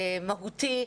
מהותי,